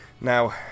Now